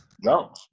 No